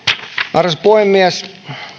arvoisa puhemies